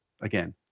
again